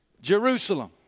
Jerusalem